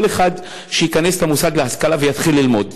כל אחד שייכנס למוסד להשכלה ויתחיל ללמוד,